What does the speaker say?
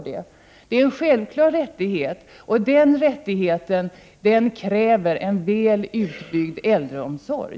Det är en självklar rättighet, och den kräver en väl utbyggd äldreomsorg.